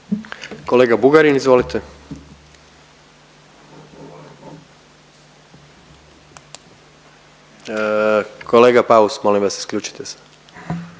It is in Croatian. Kolega Bugarin izvolite. Kolega Paus molim vas isključite se.